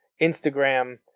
Instagram